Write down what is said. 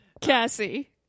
Cassie